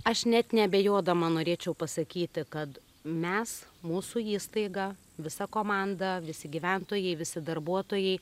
aš net neabejodama norėčiau pasakyti kad mes mūsų įstaiga visa komanda visi gyventojai visi darbuotojai